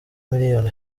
miliyoni